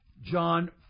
John